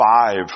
five